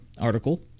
article